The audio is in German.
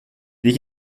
die